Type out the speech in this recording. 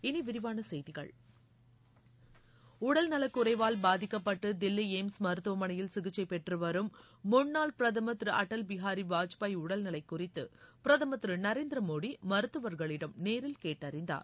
இனிவிரிவானசெய்திகள் உடல் நலக்குறைவால் பாதிக்கப்பட்டு தில்லி எய்ம்ஸ் மருத்துவமனையில் சிகிச்சை பெற்று வரும் முன்னாள் பிரதமர் திரு அடல் பிஹாரி வாஜ்பாய் உடல்நிலை குறித்து பிரதம் திரு நரேந்திர மோடி மருத்துவர்களிடம் நேரில் கேட்டறிந்தார்